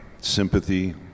sympathy